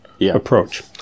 approach